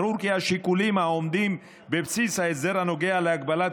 ברור כי השיקולים העומדים בבסיס ההסדר הנוגע להגבלת